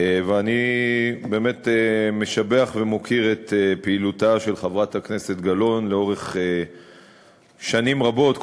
ואני באמת משבח ומוקיר את פעילותה של חברת הכנסת גלאון לאורך שנים רבות,